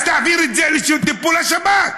אז תעביר את זה לטיפול השב"כ.